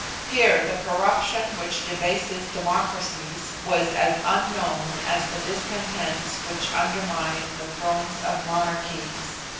here the corruption which debases democracies was as unknown as the discontents which undermine the thrones of monarchies.